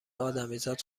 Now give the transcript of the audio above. ادمیزاد